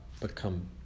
become